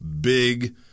big